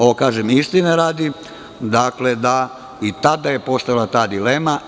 Ovo kažem istine radi, da je i tada postojala ta dilema.